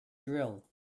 drill